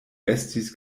estis